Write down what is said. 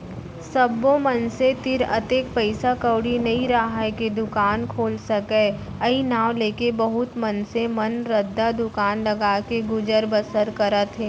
सब्बो मनसे तीर अतेक पइसा कउड़ी नइ राहय के दुकान खोल सकय अई नांव लेके बहुत मनसे मन रद्दा दुकान लगाके गुजर बसर करत हें